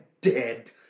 dead